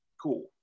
Cool